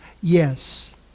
Yes